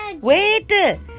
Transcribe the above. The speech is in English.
Wait